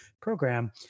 program